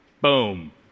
Boom